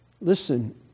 Listen